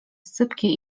sypkie